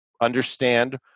understand